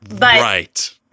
Right